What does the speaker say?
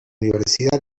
universidad